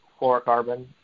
fluorocarbon